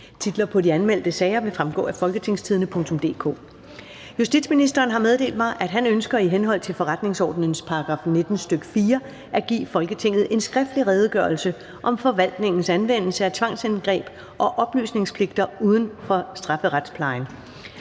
Titlerne på de anmeldte sager vil fremgå af www.folketingstidende.dk (jf. ovenfor). Justitsministeren (Nick Hækkerup) har meddelt mig, at han ønsker i henhold til forretningsordenens § 19, stk. 4, at give Folketinget en skriftlig Redegørelse om forvaltningens anvendelse af tvangsindgreb og oplysningspligter uden for strafferetsplejen.